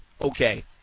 okay